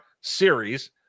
series